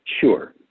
Sure